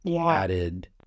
added